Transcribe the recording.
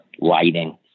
lighting